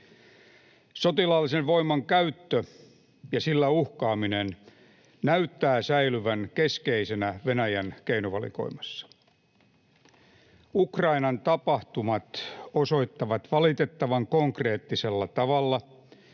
Sotilaallisen voiman käyttö — ja sillä uhkaaminen — näyttää säilyvän keskeisenä Venäjän keinovalikoimassa. Ukrainan tapahtumat osoittavat valitettavan konkreettisella tavalla,